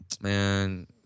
Man